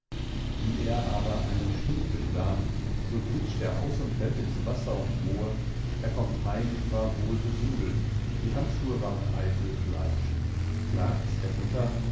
wie er aber einen steg will gan so glitscht er aus und fällt ins wasser und moor er kommt heim war wohl besudelt die handschuhe waren eitel fleisch klagts der mutter